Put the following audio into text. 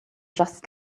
just